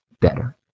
better